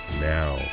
now